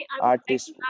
artists